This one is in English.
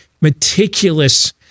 meticulous